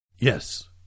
Yes